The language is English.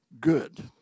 good